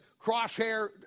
crosshair